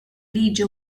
liġi